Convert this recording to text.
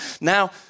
Now